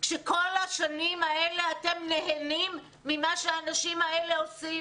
כל השנים האלה אתם נהנים ממה שהאנשים האלה עושים.